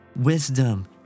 wisdom